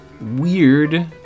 weird